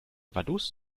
vaduz